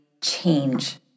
change